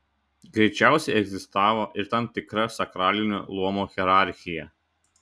greičiausiai egzistavo ir tam tikra sakralinio luomo hierarchija